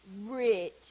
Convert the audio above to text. rich